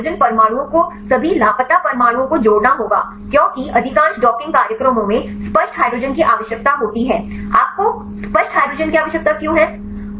तो इस मामले में आपको हाइड्रोजन परमाणुओं को सभी लापता परमाणुओं को जोड़ना होगा क्योंकि अधिकांश डॉकिंग कार्यक्रमों में स्पष्ट हाइड्रोजन की आवश्यकता होती है आपको स्पष्ट हाइड्रोजन की आवश्यकता क्यों है